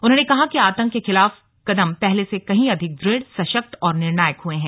उन्होंने कहा कि आतंक के खिलाफ कदम पहले से कहीं अधिक दृढ़ सशक्त और निर्णायक हुए हैं